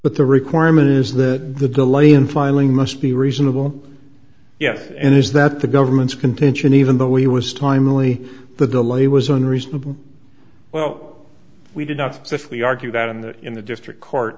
but the requirement is that the delay in filing must be reasonable yes and is that the government's contention even though he was timely the delay was unreasonable well we did not specifically argue that in the in the district court